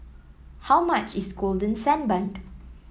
how much is Golden Sand Bun